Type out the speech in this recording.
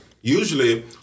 usually